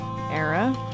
era